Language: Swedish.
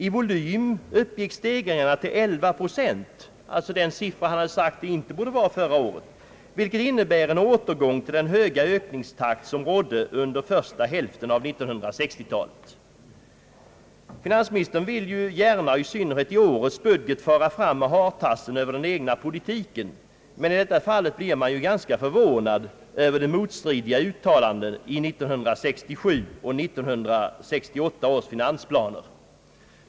I volym uppgick stegringen till il procent, vilket innebär en återgång till den höga ökningstakt som rådde under första hälften av 1960-talet.» Finansministern vill ju gärna och i synnerhet i årets budget fara fram med hartassen över den egna politiken, men i detta fall blir man ganska förvånad över de motstridiga uttalandena i 1967 och 1968 års finansplaner.